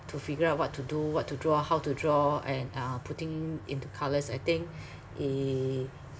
to figure out what to do what to draw how to draw and uh putting into colours I think eh